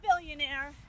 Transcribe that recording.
billionaire